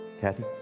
Kathy